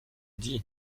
dis